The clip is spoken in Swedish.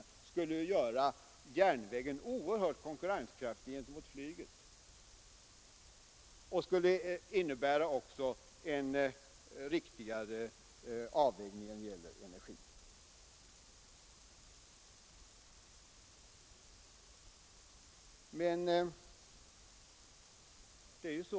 Det skulle göra järnvägen oerhört konkurrenskraftig gentemot flyget, och det skulle dessutom innebära en riktigare avvägning när det gäller energiförbrukning.